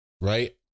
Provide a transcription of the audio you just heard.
right